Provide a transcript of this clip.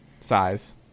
Size